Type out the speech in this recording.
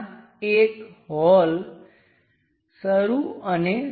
તેથી આપણે આ દિશામાં જોવું પડશે